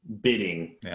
bidding